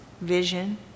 vision